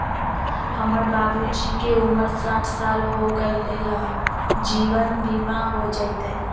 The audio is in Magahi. हमर बाबूजी के उमर साठ साल हो गैलई ह, जीवन बीमा हो जैतई?